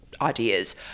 ideas